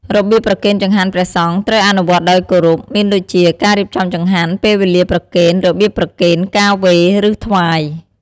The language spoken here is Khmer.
របៀបប្រគេនចង្ហាន់ព្រះសង្ឃ ត្រូវអនុវត្តដោយគោរព មានដូចជា ការរៀបចំចង្ហាន់ ពេលវេលាប្រគេន របៀបប្រគេន ការវេរ ឬ ថ្វាយ។